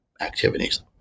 activities